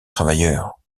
travailleurs